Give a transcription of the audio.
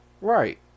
Right